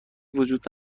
وجود